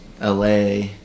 LA